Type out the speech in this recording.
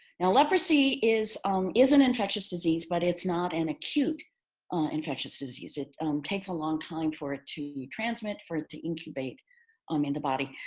now, leprosy is um is an infectious disease, but it's not an acute infectious disease. it takes a long time for it to transmit, for it to incubate um in the body.